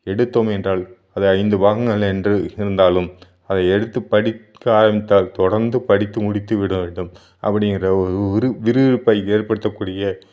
எடுத்தோம் என்றால் அது ஐந்து பாகங்கள் என்று இருந்தாலும் அதை எடுத்து படிக்க ஆரம்பித்தால் தொடர்ந்து படித்து முடித்து விடவேண்டும் அப்படிங்கிற ஒரு விறு விறுவிறுப்பை ஏற்படுத்தக்கூடிய